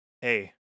Hey